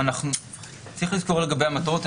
צריך לזכור לגבי המטרות.